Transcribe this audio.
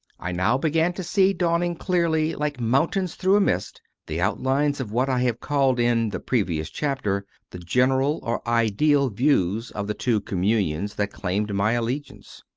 i now began to see dawning clearly, like mountains through a mist, the outlines of what i have called in the previous chapter the general or ideal views of the two communions that claimed my allegiance.